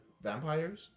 vampires